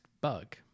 bug